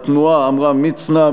התנועה: עמרם מצנע.